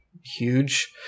huge